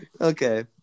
Okay